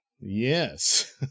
Yes